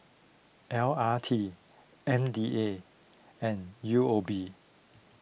L R T M D A and U O B